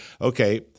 okay